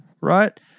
Right